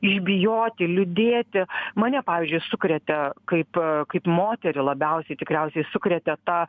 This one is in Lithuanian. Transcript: išbijoti liūdėti mane pavyzdžiui sukrėtė kaip kaip moterį labiausiai tikriausiai sukrėtė ta